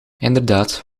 inderdaad